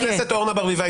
חבר הכנסת יואב סגלוביץ',